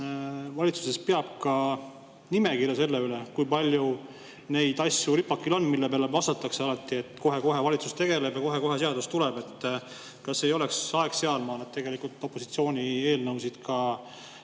valitsuses peab ka nimekirja selle üle, kui palju ripakil on neid asju, mille peale vastatakse alati, et kohe-kohe valitsus tegeleb ja kohe-kohe seadus tuleb? Kas ei oleks aeg sealmaal, et võiks ka opositsiooni eelnõusid mõistlikult